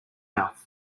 mouth